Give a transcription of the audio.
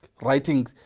writing